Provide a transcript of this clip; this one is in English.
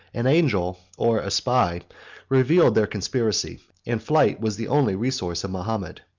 an angel or a spy revealed their conspiracy and flight was the only resource of mahomet.